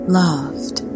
loved